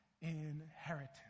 inheritance